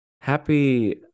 happy